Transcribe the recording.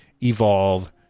evolve